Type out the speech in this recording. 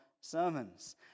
sermons